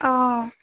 অঁ